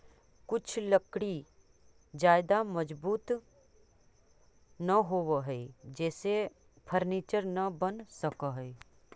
कुछ लकड़ी ज्यादा मजबूत न होवऽ हइ जेसे फर्नीचर न बन सकऽ हइ